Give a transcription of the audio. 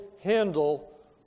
handle